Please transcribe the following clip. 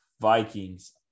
Vikings